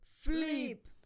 flip